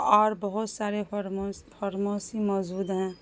اور بہت سارے موجود ہیں